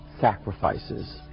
sacrifices